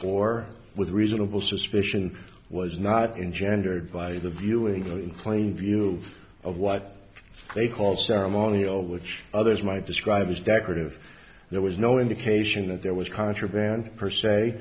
or with reasonable suspicion was not engender by the viewing or inflated view of what they call ceremonial which others might describe as decorative there was no indication that there was contraband per se